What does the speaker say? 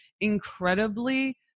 incredibly